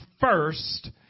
first